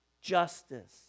justice